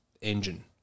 engine